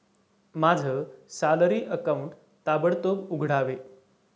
माझं salary account ताबडतोब उघडावे